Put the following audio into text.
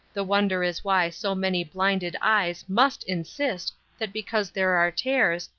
the wonder is why so many blinded eyes must insist that because there are tares,